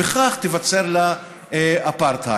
וכך ייווצר לו אפרטהייד.